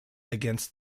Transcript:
against